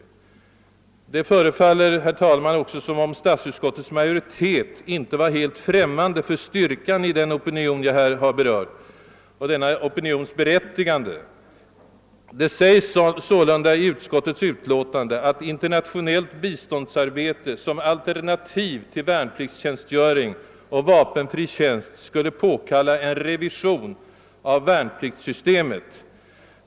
Det förefaller, herr talman, också som om statsutskottets majoritet inte var helt främmande för styrkan i den opinion, som jag här har berört, och denna opinions berättigande. Det sägs sålunda i utskottets utlåtande att internationellt biståndsarbete som alternativ till värnpliktstjänstgöring och vapenfri tjänst skulle påkalla en revision av värnpliktssystemet.